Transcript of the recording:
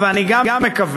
ואני גם מקווה